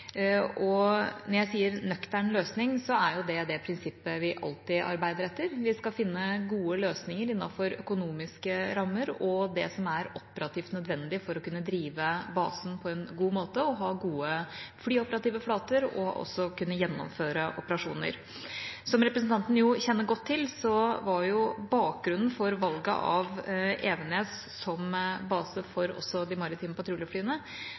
Når jeg sier nøktern løsning, er det det prinsippet vi alltid arbeider etter. Vi skal finne gode løsninger innenfor økonomiske rammer og det som er operativt nødvendig for å kunne drive basen på en god måte, ha gode flyoperative flater og kunne gjennomføre operasjoner. Som representanten kjenner godt til, var bakgrunnen for valget av Evenes som base for de maritime patruljeflyene